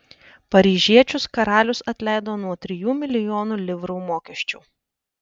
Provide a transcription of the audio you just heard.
paryžiečius karalius atleido nuo trijų milijonų livrų mokesčių